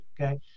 okay